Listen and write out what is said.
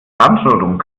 brandrodung